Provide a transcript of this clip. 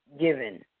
given